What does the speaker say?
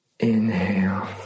Inhale